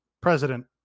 president